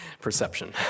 Perception